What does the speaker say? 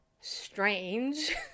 strange